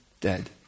dead